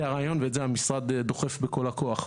זה הרעיון ואת זה המשרד דוחף בכל הכוח.